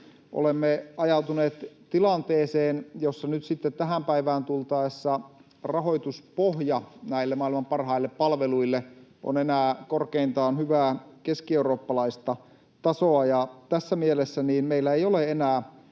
olemme ajautuneet tilanteeseen, jossa nyt sitten tähän päivään tultaessa rahoituspohja näille maailman parhaille palveluille on enää korkeintaan hyvää keskieurooppalaista tasoa. Tässä mielessä meillä ei ole enää